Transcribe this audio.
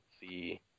see